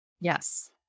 Yes